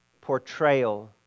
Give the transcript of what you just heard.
portrayal